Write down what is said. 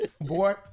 Boy